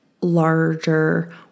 larger